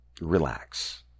relax